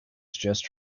just